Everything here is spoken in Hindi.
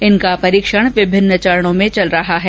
जिनका परीक्षण विभिन्न चरणों में चल रहा है